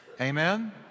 Amen